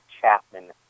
Chapman